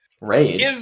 Rage